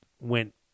went